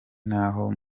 n’aho